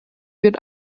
wird